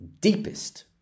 deepest